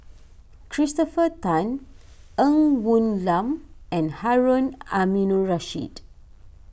Christopher Tan Ng Woon Lam and Harun Aminurrashid